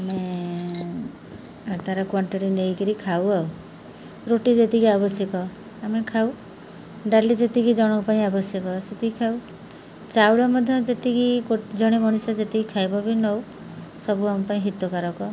ଆମେ ତା'ର କ୍ଵାଣ୍ଟିଟି ନେଇକିରି ଖାଉ ଆଉ ରୁଟି ଯେତିକି ଆବଶ୍ୟକ ଆମେ ଖାଉ ଡାଲି ଯେତିକି ଜଣଙ୍କ ପାଇଁ ଆବଶ୍ୟକ ସେତିକି ଖାଉ ଚାଉଳ ମଧ୍ୟ ଯେତିକି ଜଣେ ମଣିଷ ଯେତିକି ଖାଇବ ବି ନେଉ ସବୁ ଆମ ପାଇଁ ହିତକାରକ